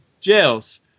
jails